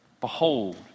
Behold